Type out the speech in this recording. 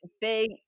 big